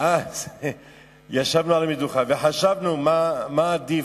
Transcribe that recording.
ואז ישבנו על המדוכה וחשבנו מה עדיף.